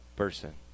person